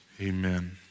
amen